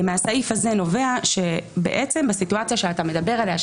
מהסעיף הזה נובע שהסיטואציה שאתה מדבר עליה,